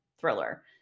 thriller